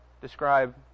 describe